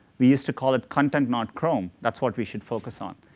we used to call it content, not chrome. that's what we should focus on.